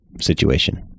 situation